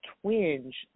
twinge